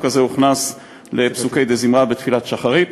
הזה הוכנס לפסוקי דזמרה בתפילת שחרית.